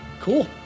Cool